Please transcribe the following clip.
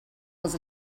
was